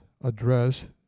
address